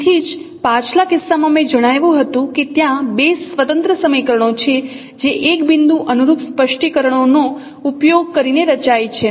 તેથી જ પાછલા કિસ્સામાં મેં જણાવ્યું હતું કે ત્યાં બે સ્વતંત્ર સમીકરણો છે જે એક બિંદુ અનુરૂપ સ્પષ્ટીકરણોનો ઉપયોગ કરીને રચાય છે